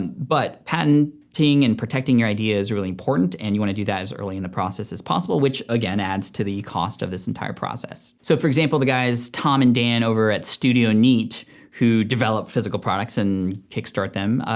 but patenting and protecting your idea is really important and you wanna do that as early in the process as possible, which, again, adds to the cost of this entire process. so for example, the guys tom and dan over at studio neat who develop physical products and kickstart them,